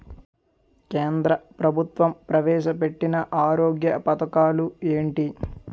కేంద్ర ప్రభుత్వం ప్రవేశ పెట్టిన ఆరోగ్య పథకాలు ఎంటి?